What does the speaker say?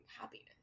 happiness